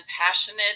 passionate